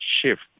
shift